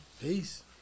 peace